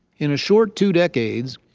in a short two decades,